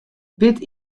wit